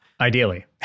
Ideally